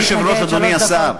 שלוש דקות.